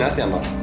download.